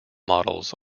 models